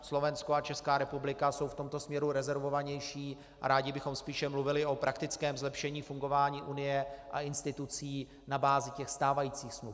Slovensko a Česká republika jsou v tomto směru rezervovanější a rádi bychom spíše mluvili o praktickém zlepšení fungování Unie a institucí na bázi stávajících smluv.